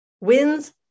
wins